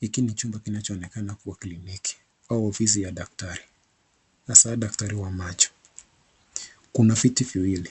Hiki ni chumba kinachoonekana kuwa kliniki au ofisi ya daktari, hasa daktari wa macho. Kuna viti viwili.